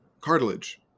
cartilage